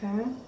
okay